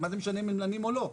אז מה זה משנה אם הם לנים או לא,